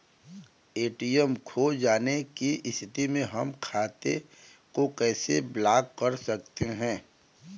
ATM खो जाने की स्थिति में हम खाते को कैसे ब्लॉक कर सकते हैं?